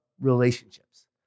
relationships